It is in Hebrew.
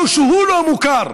או שהוא לא מוכר,